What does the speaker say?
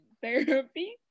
therapy